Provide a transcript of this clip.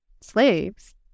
slaves